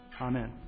Amen